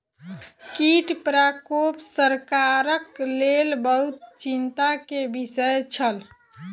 कीट प्रकोप सरकारक लेल बहुत चिंता के विषय छल